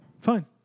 fine